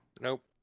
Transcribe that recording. Nope